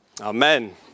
Amen